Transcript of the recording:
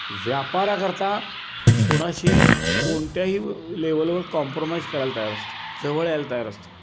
व्यापाराकरता कोणाशी कोणत्याही लेवलवर कॉम्प्रोमाईज करायला तयार असतो जवळ यायला तयार असतो